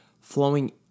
flowing